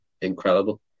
incredible